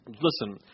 Listen